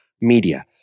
media